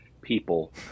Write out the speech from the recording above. people